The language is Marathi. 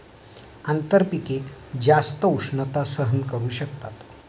आंतरपिके जास्त उष्णता सहन करू शकतात